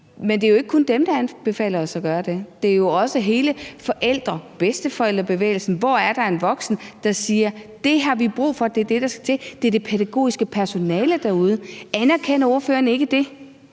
Men det er jo ikke kun dem, der anbefaler os at gøre det. Det er jo også hele forældrebevægelsen og bedsteforældrebevægelsen, #HvorErDerEnVoksen, der siger: Det har vi brug for; det er det, der skal til. Det er det pædagogiske personale derude. Anerkender ordføreren ikke det?